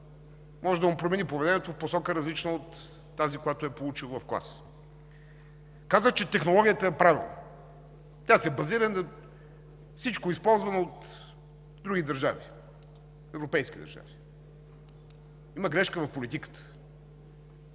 може да му промени поведението в посока, различна от тази, която е получило в клас. Казвах, че технологията е правилна. Тя се базира на всичко използвано от други държави – европейски държави. Има грешка в политиката,